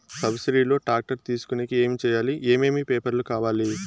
Subsidy లో tractor తీసుకొనేకి ఏమి చేయాలి? ఏమేమి పేపర్లు కావాలి?